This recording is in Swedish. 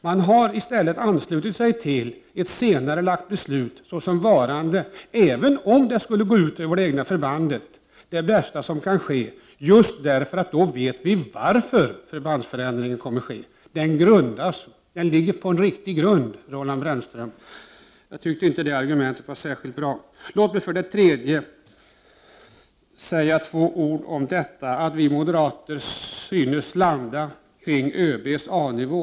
Man har i stället anslutit sig till ett senarelagt beslut såsom varande det bästa som skulle kunna ske, även om det skulle gå ut över det egna förbandet — just därför att vi då vet varför förbandsförändringen kommer att ske och att den ligger på en riktig grund. Jag tycker inte det argumentet var särskilt bra, Roland Brännström. Låt mig för det tredje säga två ord om detta att vi moderater synes landa vid ÖB:s A-nivå.